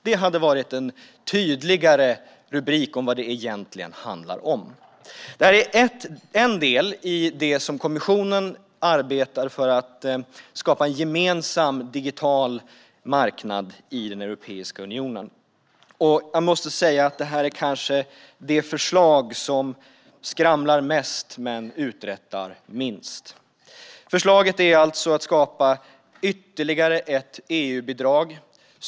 Det skulle ha sagt mer om vad det egentligen handlar om. Detta är en del i det som kommissionen arbetar med för att skapa en gemensam digital marknad i Europeiska unionen. Jag måste säga att det här kanske är det förslag som skramlar mest men uträttar minst. Förslaget går ut på att skapa ytterligare ett EU-bidrag.